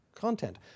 content